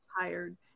tired